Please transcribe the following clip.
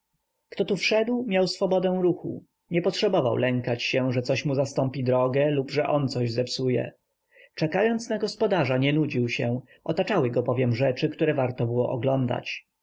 kto tu wszedł miał swobodę ruchu nie potrzebował lękać się że mu coś zastąpi drogę lub że on coś zepsuje czekając na gospodarza nie nudził się otaczały go bowiem rzeczy które warto było oglądać